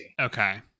Okay